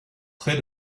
près